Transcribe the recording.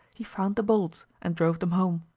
he found the bolts and drove them home.